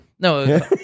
No